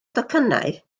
docynnau